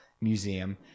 Museum